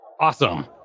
Awesome